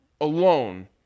alone